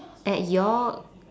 at york